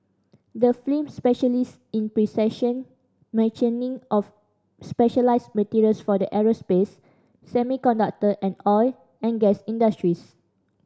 the specialises in precision machining of specialised materials for the aerospace semiconductor and oil and gas industries